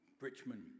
Richmond